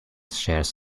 shares